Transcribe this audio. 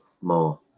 more